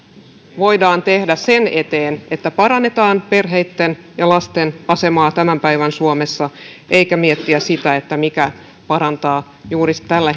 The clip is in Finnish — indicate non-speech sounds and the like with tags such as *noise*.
voidaan tehdä sen eteen että parannetaan perheitten ja lasten asemaa tämän päivän suomessa eikä miettiä sitä mikä parantaa juuri tällä *unintelligible*